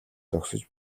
зогсож